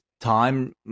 time